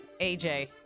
Aj